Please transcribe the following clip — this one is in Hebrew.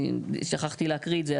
שכחתי להקריא את זה,